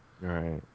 Right